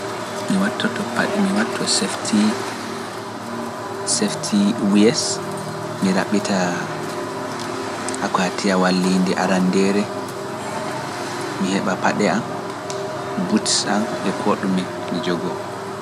Mi wattoto paɗ- mi wattoo safety, safety wears mi raɓɓita akwaatiya waliinde aranndeere, mi heɓa paɗe am butts am e koo ɗume mi jogoo